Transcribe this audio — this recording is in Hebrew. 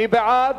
מי בעד?